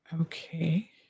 Okay